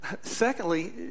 Secondly